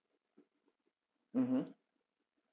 mmhmm